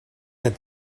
that